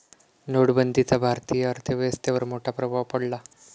नोटबंदीचा भारतीय अर्थव्यवस्थेवर मोठा प्रभाव पडला